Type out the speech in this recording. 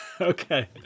okay